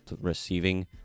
receiving